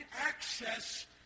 access